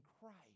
Christ